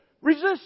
resist